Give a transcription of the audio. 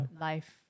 life